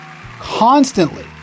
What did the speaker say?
constantly